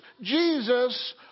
Jesus